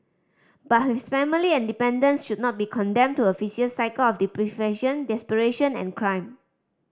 but his family and dependants should not be condemned to a vicious cycle of deprivation desperation and crime